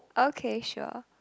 okay sure